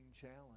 Challenge